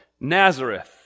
Nazareth